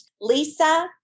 Lisa